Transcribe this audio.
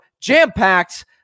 Jam-packed